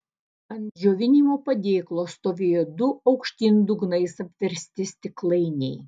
ant džiovinimo padėklo stovėjo du aukštyn dugnais apversti stiklainiai